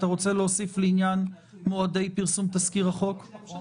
אתה רוצה להוסיף לעניין מועדי פרסום תזכיר החוק?